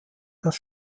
das